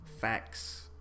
facts